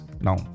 Now